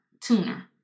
tuner